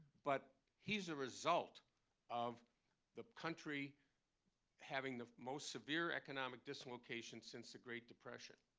but he's a result of the country having the most severe economic dislocation since the great depression.